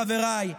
חבריי,